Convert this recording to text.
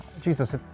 Jesus